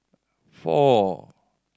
four